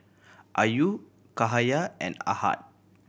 Ayu Cahaya and Ahad